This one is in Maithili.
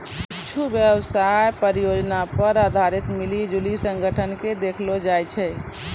कुच्छु व्यवसाय परियोजना पर आधारित मिली जुली संगठन के देखैलो जाय छै